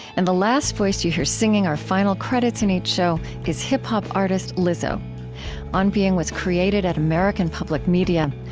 and the last voice you hear, singing our final credits in each show, is hip-hop artist lizzo on being was created at american public media.